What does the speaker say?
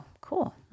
cool